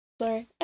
Sorry